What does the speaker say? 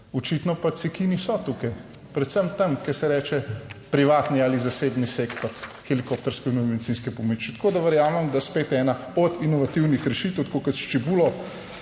očitno pa cekini so tukaj predvsem tam, kjer se reče privatni ali zasebni sektor helikopterske nujne medicinske pomoči. Tako da verjamem, da spet ena od inovativnih rešitev, tako kot s čebulo.